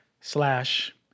slash